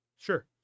sure